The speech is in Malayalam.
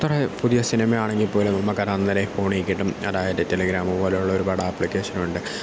എത്ര പുതിയ സിനിമയാണെങ്കിൽ പോലും നമുക്കതന്നേരം ഫോണിൽ കിട്ടും അതായത് ടെലിഗ്രാമ് പോലെയുള്ള ഒരുപാട് ആപ്ലിക്കേഷനുണ്ട്